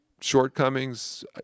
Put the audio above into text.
shortcomings